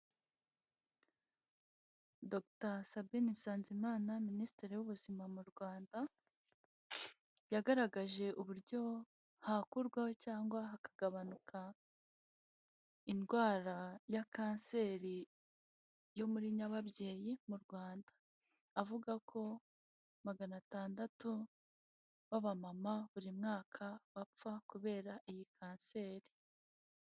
Dogita Sabain Nsanzimana minisitiri w'ubuzima mu Rwanda yagaragaje uburyo hakurwaho cyangwa hakagabanuka indwara ya kanseri yo muri nyababyeyi mu Rwanda, avuga ko magana atandatu babamama buri mwaka bapfa kubera iyi kanseri.